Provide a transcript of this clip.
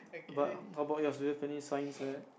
but about your Japanese signs there